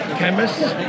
chemists